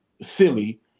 silly